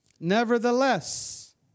Nevertheless